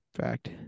fact